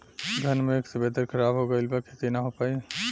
घन मेघ से वेदर ख़राब हो गइल बा खेती न हो पाई